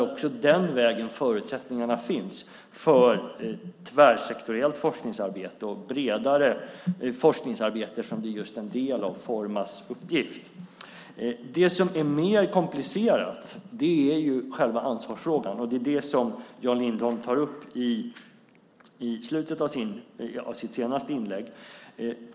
Också den vägen finns förutsättningar för tvärsektoriellt forskningsarbete och ett bredare forskningsarbete, som just är en del av Formas uppgift. Det som är mer komplicerat är själva ansvarsfrågan. Det är det som Jan Lindholm tar upp i slutet av sitt senaste inlägg.